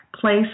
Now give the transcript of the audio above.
place